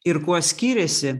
ir kuo skyrėsi